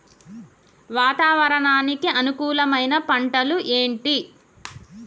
వాతావరణానికి అనుకూలమైన పంటలు ఏంటి?